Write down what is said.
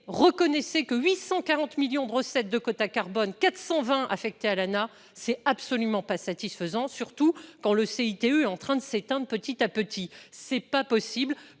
reconnaissez que 840 millions de recettes de quotas carbone 420 affecté à l'c'est absolument pas satisfaisant, surtout quand le CICE est en train de s'éteindre petit à petit, c'est pas possible